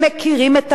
שיודעים מה לעשות,